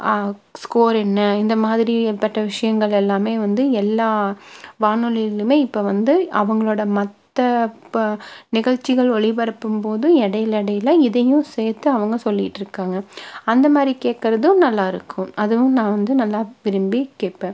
score என்ன இந்த மாதிரி ஏற்பட்ட விஷயங்கள் எல்லாமே வந்து எல்லா வானொலியிலயுமே இப்போ வந்து அவங்களோட மற்ற ப நிகழ்ச்சிகள் ஒளிபரப்பும் போது இடையில இடையில இதையும் சேர்த்து அவங்க சொல்லிக்கிட்டிருக்காங்க அந்த மாதிரி கேட்குறதும் நல்லா இருக்கும் அதுவும் நான் வந்து நல்லா விரும்பி கேட்பேன்